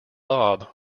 bob